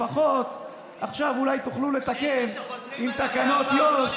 לפחות עכשיו אולי תוכלו לתקן עם תקנות יו"ש,